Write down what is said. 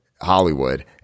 Hollywood